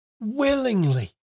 willingly